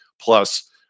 Plus